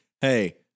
Hey